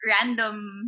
random